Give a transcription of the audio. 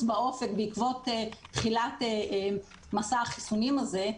באופק בעקבות תחילת מסע החיסונים הזה,